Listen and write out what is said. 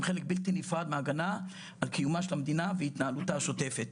חלק בלתי נפרד מההגנה על קיומה של המדינה והתנהלותה השוטפת.